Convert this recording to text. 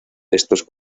estos